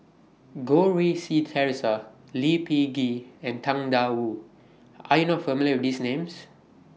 Goh Rui Si Theresa Lee Peh Gee and Tang DA Wu Are YOU not familiar with These Names